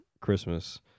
Christmas